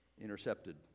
intercepted